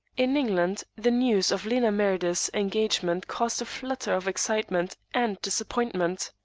in england, the news of lena meredith's engagement caused a flutter of excitement and disappointment.